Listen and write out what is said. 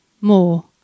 more